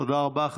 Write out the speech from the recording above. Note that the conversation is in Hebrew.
תודה רבה.